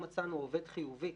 אם מצאנו עובד חיובי